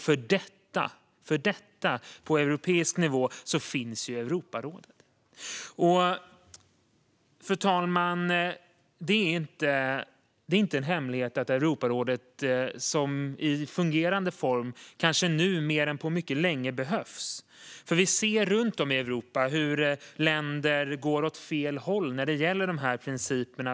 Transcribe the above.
För detta arbete på europeisk nivå finns Europarådet. Fru talman! Det är inte en hemlighet att Europarådet i fungerande form kanske behövs mer nu än på mycket länge. Vi ser nämligen runt om i Europa hur länder går åt fel håll när det gäller dessa principer.